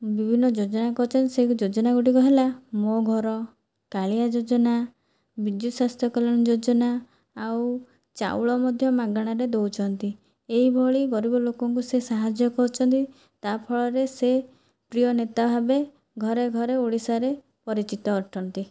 ବିଭିନ୍ନ ଯୋଜନା କରିଛନ୍ତି ସେ ଯୋଜନା ଗୁଡ଼ିକ ହେଲା ମୋ ଘର କାଳିଆ ଯୋଜନା ବିଜୁସ୍ୱାସ୍ଥ୍ୟ କଲ୍ୟାଣ ଯୋଜନା ଆଉ ଚାଉଳ ମଧ୍ୟ ମାଗଣାରେ ଦେଉଛନ୍ତି ଏହିଭଳି ଗରିବ ଲୋକଙ୍କୁ ସେ ସାହାଯ୍ୟ କରୁଛନ୍ତି ତା ଫଳରେ ସେ ପ୍ରିୟ ନେତା ଭାବେ ଘରେ ଘରେ ଓଡ଼ିଶାରେ ପରିଚିତ ଅଟନ୍ତି